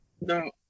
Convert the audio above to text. No